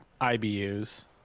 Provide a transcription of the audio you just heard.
IBUs